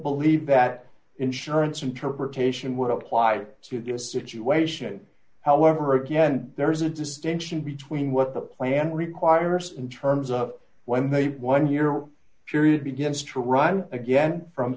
believe that insurance interpretation would apply to this situation however again there is a distinction between what the plan requires in terms of when they one year period begins to run again from